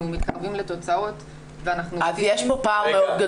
מתקדמים לתוצאות --- יש פה פער מאוד גדול.